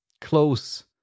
Close